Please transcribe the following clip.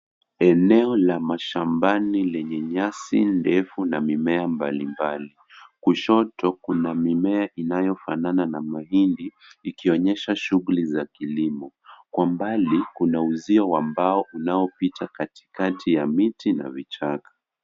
Eneo la mashambani lenye nyasi ndefu na mimea mbalimbali. Kushoto kuna mimea inayofanana na mahindi ikionyesha shughuli za kilimo. Kwa mbali kuna uzio wa mbao unaopita katikati ya miti na vichaka.